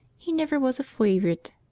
he never was a fyvorite!